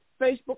Facebook